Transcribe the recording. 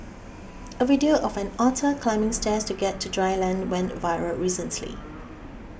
a video of an otter climbing stairs to get to dry land went viral recently